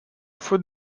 fautes